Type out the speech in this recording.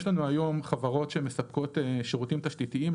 יש לנו היום חברות שמספקות שירותים תשתיתיים,